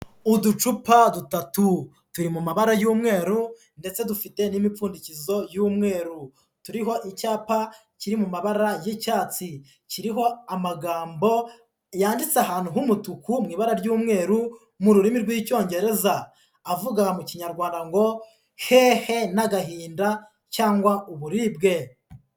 Uducupa dutatu, turi mu mabara y'umweru ndetse dufite n'imipfundikizo y'umweru, turiho icyapa kiri mu mabara y'icyatsi, kiriho amagambo yanditse ahantu h'umutuku mu ibara ry'umweru mu rurimi rw'Icyongereza, avuga mu Kinyarwanda ngo hehe n'agahinda cyangwa uburibwe.